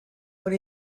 when